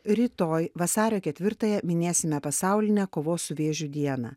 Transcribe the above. rytoj vasario ketvirtąją minėsime pasaulinę kovos su vėžiu dieną